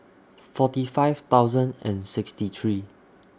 forty five thousand and sixty three